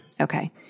Okay